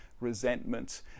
resentment